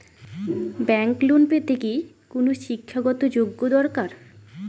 Bank loan পেতে কি কোনো শিক্ষা গত যোগ্য দরকার?